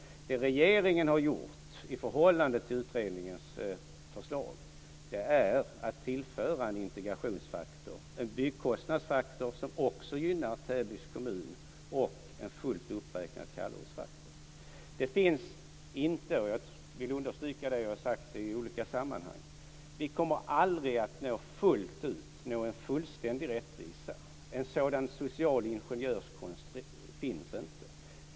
Det regeringen har gjort i förhållande till utredningens förslag är att tillföra en integrationsfaktor, en byggkostnadsfaktor som också gynnar Täby kommun och en fullt uppräknad kallortsfaktor. Vi kommer aldrig att nå en fullständig rättvisa. Jag vill understryka det, och jag har sagt det i olika sammanhang. En sådan social ingenjörskonst finns inte.